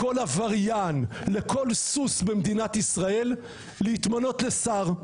לכל עבריין, לכל סוס במדינת ישראל להתמנות לשר.